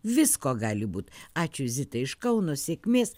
visko gali būt ačiū zitai iš kauno sėkmės